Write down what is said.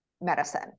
medicine